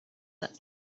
that